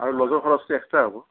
আৰু ল'জৰ খৰচটো এক্সট্ৰা হ'ব